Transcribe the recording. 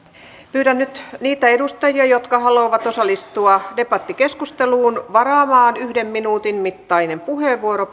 pyydän nyt niitä edustajia jotka haluavat osallistua debattikeskusteluun varaamaan yhden minuutin mittaisen puheenvuoron